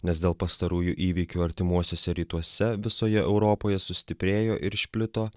nes dėl pastarųjų įvykių artimuosiuose rytuose visoje europoje sustiprėjo ir išplito